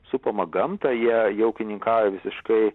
supamą gamtą ją jie ūkininkauja visiškai